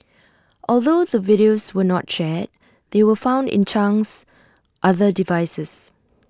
although the videos were not shared they were found in Chang's other devices